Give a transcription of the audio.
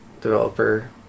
developer